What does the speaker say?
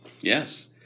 Yes